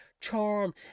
charm